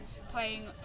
playing